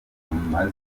amaze